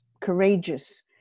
courageous